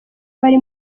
bari